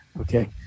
Okay